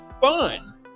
fun